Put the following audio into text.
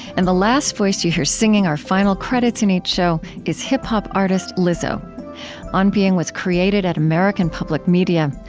and the last voice that you hear singing our final credits in each show is hip-hop artist lizzo on being was created at american public media.